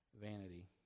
vanity